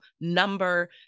number